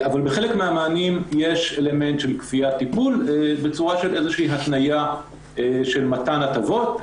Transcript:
בחלק מהמענים יש אלמנט של כפיית טיפול בצורה של התניה של מתן הטבות,